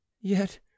Yet